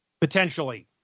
potentially